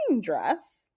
dress